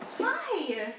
Hi